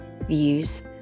views